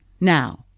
Now